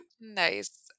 Nice